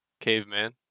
Caveman